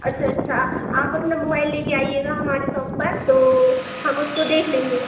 अच्छा अच्छा आप अपना मोवाइल लेकर आइएगा हमारी सॉप पर तो हम उसको देख लेंगे